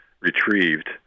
retrieved